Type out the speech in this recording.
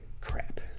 Crap